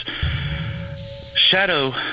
shadow